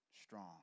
strong